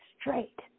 straight